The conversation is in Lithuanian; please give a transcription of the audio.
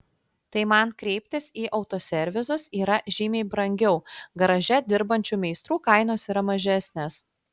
tai man kreiptis į autoservisus yra žymiai brangiau garaže dirbančių meistrų kainos yra mažesnės